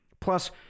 Plus